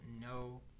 no